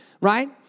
right